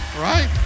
Right